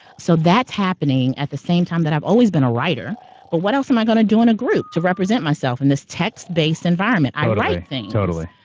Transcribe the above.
so that's happening at the same time that i've always been a writer but what else am i gonna do in a group to represent myself in this text-based environment? i write things.